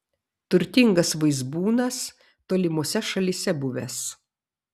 turtingas vaizbūnas tolimose šalyse buvęs